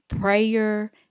prayer